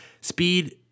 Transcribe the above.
speed